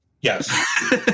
Yes